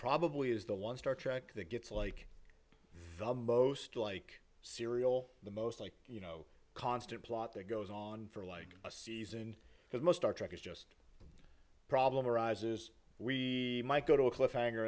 probably is the one star trek that gets like the most like serial the most like you know constant plot that goes on for like a season because most are trekkers just problem arises we might go to a cliffhanger